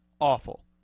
Awful